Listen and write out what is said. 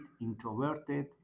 introverted